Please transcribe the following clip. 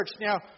Now